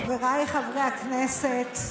חבריי חברי הכנסת,